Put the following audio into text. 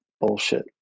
bullshit